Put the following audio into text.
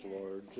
Lord